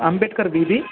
ಅಂಬೇಡ್ಕರ್ ಬೀದಿ